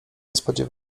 niespodzie